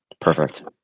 Perfect